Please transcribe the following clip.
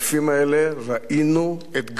ראינו את גבו של גנדי.